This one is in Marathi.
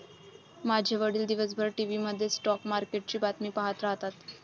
माझे वडील दिवसभर टीव्ही मध्ये स्टॉक मार्केटची बातमी पाहत राहतात